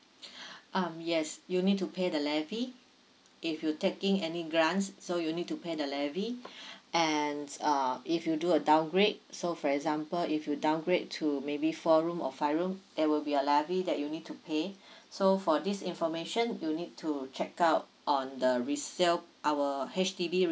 um yes you need to pay the levy if you taking any grants so you need to pay the levy and uh if you do a downgrade so for example if you downgrade to maybe four room or five room there will be a levy that you need to pay so for this information you need to check out on the resale our H_D_B